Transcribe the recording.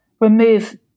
remove